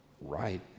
right